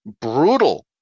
brutal